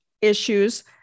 issues